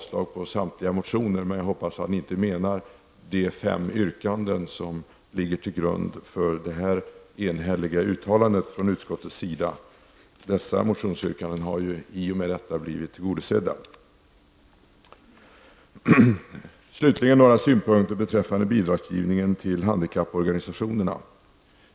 Slutligen har jag några synpunkter beträffande bidragsgivningen till handikapporganisationerna.